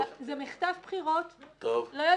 יש תכנית אחת שמקודמת לעיר תל-אביב --- אני